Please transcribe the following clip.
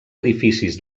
edificis